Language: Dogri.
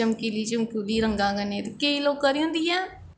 चमकीली चमकीली लोकां दी ते केईं लोकां दी होंदी ऐ